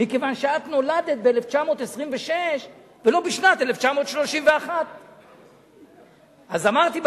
מכיוון שאת נולדת ב-1926 ולא בשנת 1931. אז אמרתי בשידור: